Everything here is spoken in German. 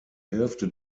hälfte